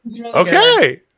Okay